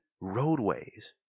roadways